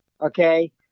Okay